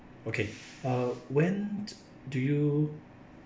okay uh when do you